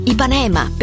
Ipanema